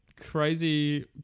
crazy